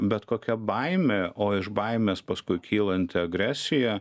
bet kokia baimė o iš baimės paskui kylanti agresija